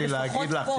לפחות פה,